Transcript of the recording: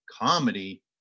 comedy